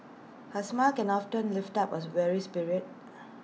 A smile can often lift up was weary spirit